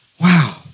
Wow